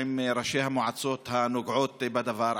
עם ראשי המועצות הנוגעות בדבר,